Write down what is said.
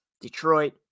Detroit